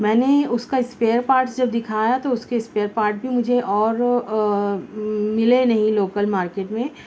میں نے اس کا اسپیئر پاٹس جو دکھایا تو اس کے اسپیئر پاٹس بھی مجھے اور ملے نہیں لوکل مارکیٹ میں